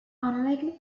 unlikely